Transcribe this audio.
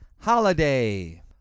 Holiday